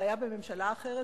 זה היה בממשלה אחרת,